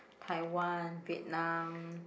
Taiwan Vietnam